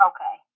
Okay